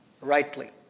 rightly